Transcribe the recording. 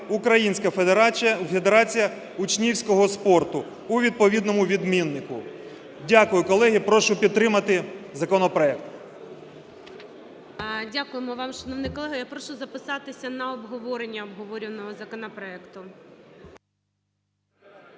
"Українська федерація учнівського спорту" у відповідному відмінку. Дякую, колеги. Прошу підтримати законопроект. ГОЛОВУЮЧИЙ. Дякую вам, шановний колега. Я прошу записатися на обговорення обговорюваного законопроекту.